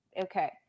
Okay